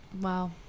Wow